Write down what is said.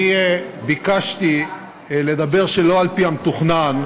אני ביקשתי לדבר שלא על פי המתוכנן,